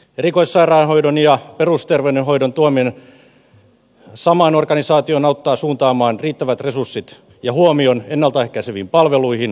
erikoissairaanhoidon ja perusterveydenhoidon tuominen samaan organisaatioon auttaa suuntaamaan riittävät resurssit ja huomion ennalta ehkäiseviin palveluihin ja perusterveydenhoitoon